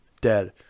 dead